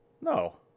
No